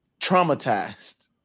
traumatized